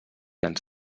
ens